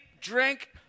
drink